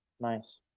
Nice